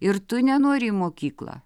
ir tu nenori į mokyklą